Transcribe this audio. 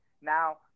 Now